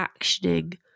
actioning